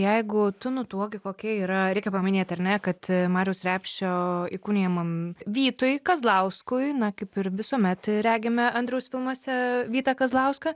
jeigu tu nutuoki kokia yra reikia paminėt ar ne kad mariaus repšio įkūnijamam vytui kazlauskui na kaip ir visuomet regime andriaus filmuose vytą kazlauską